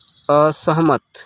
असहमत